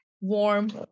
warm